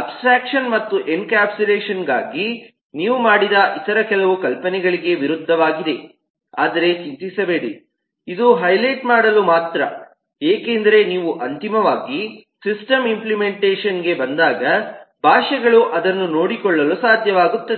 abstraction ಮತ್ತು ಎನ್ಕ್ಯಾಪ್ಸುಲೇಷನ್ಗಾಗಿ ನೀವು ಮಾಡಿದ ಇತರ ಕೆಲವು ಕಲ್ಪನೆಗಳಿಗೆ ವಿರುದ್ಧವಾಗಿದೆ ಆದರೆ ಚಿಂತಿಸಬೇಡಿ ಇದು ಹೈಲೈಟ್ ಮಾಡಲು ಮಾತ್ರ ಏಕೆಂದರೆ ನೀವು ಅಂತಿಮವಾಗಿ ಸಿಸ್ಟಮ್ ಇಂಪ್ಲೆಮೆಂಟೇಷನ್ಗೆ ಬಂದಾಗ ಭಾಷೆಗಳು ಅದನ್ನು ನೋಡಿಕೊಳ್ಳಲು ಸಾಧ್ಯವಾಗುತ್ತದೆ